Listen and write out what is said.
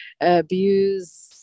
abuse